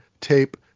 tape